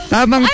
Tama